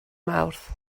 mawrth